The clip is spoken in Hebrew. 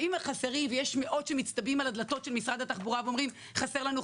אם יש מאות שמסתערים על הדלתות של משרד התחבורה ואומרים: חסר לנו,